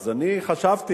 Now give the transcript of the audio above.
אז אני חשבתי,